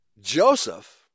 Joseph